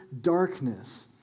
darkness